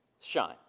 Shine